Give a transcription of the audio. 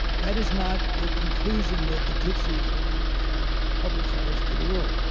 that is not a conclusion that the tutsis wanted to have publicized to the world.